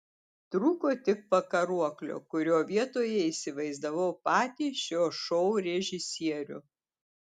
trūko tik pakaruoklio kurio vietoje įsivaizdavau patį šio šou režisierių